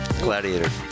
gladiator